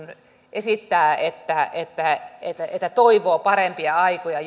esittää että että toivoo parempia aikoja